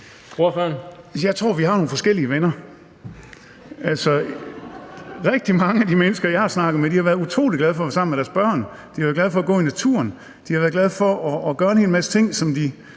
Jeg tror, at vi har nogle forskellige venner. Rigtig mange af de mennesker, jeg har snakket med, har været utrolig glade for at være sammen med deres børn, de har været glade for at gå i naturen, de har været glade for at gøre en hel masse ting, som de